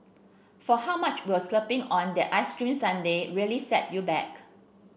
for how much will splurging on that ice cream sundae really set you back